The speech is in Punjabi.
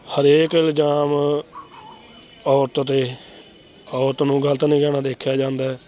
ਹਰੇਕ ਇਲਜ਼ਾਮ ਔਰਤ 'ਤੇ ਔਰਤ ਨੂੰ ਗਲਤ ਨਿਗ੍ਹਾ ਨਾਲ ਦੇਖਿਆ ਜਾਂਦਾ